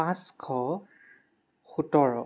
পাঁচশ সোতৰ